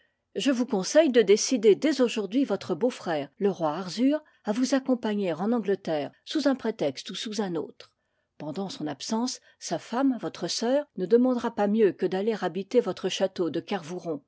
je vous conseille de décider dès aujourd'hui votre beau-frère le roi arzur à vous accompagner en angleterre sous un prétexte ou sous un autre pendant son absence sa femme votre sœur ne demandera pas mieux que d'aller habiter votre château de